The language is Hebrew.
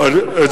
בקשר ל"בצלם"?